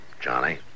Johnny